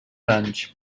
anys